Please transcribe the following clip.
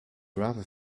rather